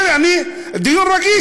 בסדר, זה דיון רגיש.